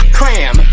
cram